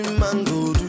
mango